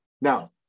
Now